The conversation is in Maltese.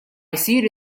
jsir